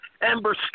Ember